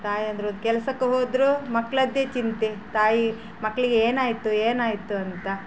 ತಾಯಂದಿರು ಕೆಲ್ಸಕ್ಕೆ ಹೋದರು ಮಕ್ಕಳದ್ದೆ ಚಿಂತೆ ತಾಯಿ ಮಕ್ಕಳಿಗೆ ಏನಾಯಿತು ಏನಾಯಿತು ಅಂತ